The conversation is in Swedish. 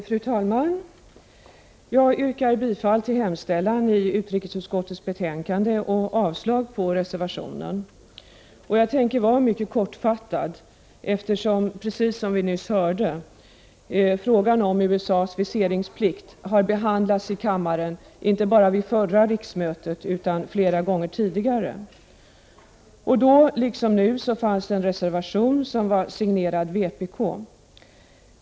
Fru talman! Jag yrkar bifall till hemställan i utrikesutskottets betänkande och avslag på reservationen. Jag kan vara mycket kortfattad eftersom, precis som vi nyss hörde, frågan om USA:s viseringstvång har behandlats i kammaren inte bara vid förra riksmötet utan flera gånger tidigare. Då liksom nu fanns en reservation som var signerad vpk.